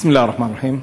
בסם אללה א-רחמאן א-רחים.